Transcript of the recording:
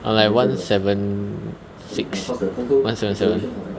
I'm like one seven six one seven seven